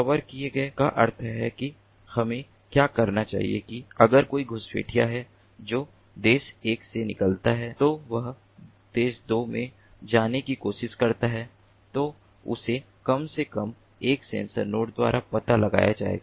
cover किए गए का अर्थ है कि हमें क्या कहना चाहिए कि अगर कोई घुसपैठिया है जो देश 1 से निकलता है तो वह देश 2 में जाने की कोशिश करता है तो उसे कम से कम एक सेंसर नोड द्वारा पता लगाया जाएगा